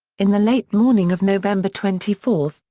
in the late morning of november twenty four,